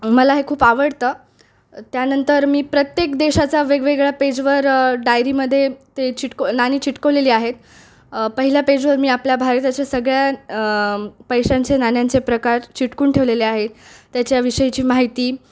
मला हे खूप आवडतं त्यानंतर मी प्रत्येक देशाचा वेगवेगळ्या पेजवर डायरीमध्ये ते चिटक नाणी चिटकवलेली आहेत पहिल्या पेजवर मी आपल्या भारताच्या सगळ्या पैशांचे नाण्यांचे प्रकार चिटकून ठेवलेले आहेत त्याच्याविषयीची माहिती